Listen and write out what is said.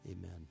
amen